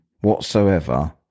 whatsoever